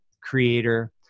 creator